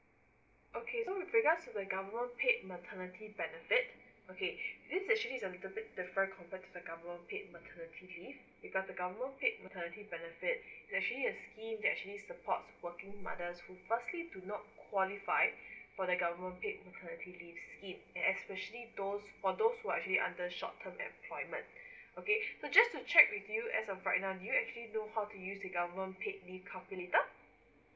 okay so with regards to the government paid maternity benefits okay this actually has a little bit different compare to the government paid maternity leave because the government paid maternity benefit actually a scheme that actually support working mothers who firstly do not qualify for the government paid maternity leave scheme especially those for those who are actually under short term employment okay so just to check with you as uh pregnant do you actually know how to use the government paid leave calculator